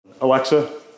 Alexa